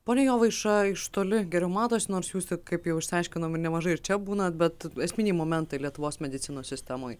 pone jovaiša iš toli geriau matosi nors jūs kaip jau išsiaiškinom ir nemažai ir čia būnat bet esminiai momentai lietuvos medicinos sistemoj